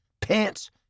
pants